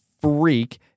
freak